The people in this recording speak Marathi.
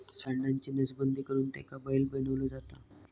सांडाची नसबंदी करुन त्याका बैल बनवलो जाता